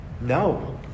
No